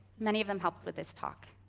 many of them helped with this talk.